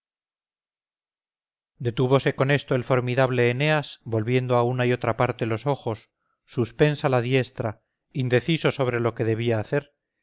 rencores detúvose con esto el formidable eneas volviendo a una y otra parte los ojos suspensa la diestra indeciso sobre lo que debía hacer